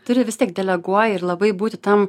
turi vis tiek deleguoji ir labai būti tam